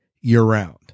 year-round